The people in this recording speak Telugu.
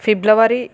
ఫిబ్రవరి